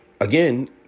again